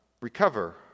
recover